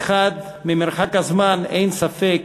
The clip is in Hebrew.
מחד גיסא, ממרחק הזמן אין ספק